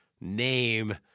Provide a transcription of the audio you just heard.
name